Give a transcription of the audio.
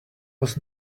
was